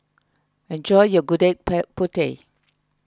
enjoy your Gudeg pill Putih